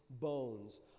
bones